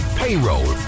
payroll